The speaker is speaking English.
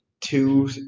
two